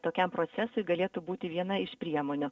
tokiam procesui galėtų būti viena iš priemonių